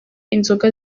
inzoga